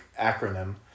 acronym